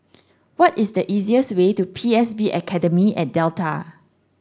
what is the easiest way to P S B Academy at Delta